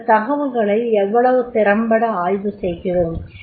பிறகு தகவல்களை எவ்வளவு திறம்பட ஆய்வுசெய்கிறோம்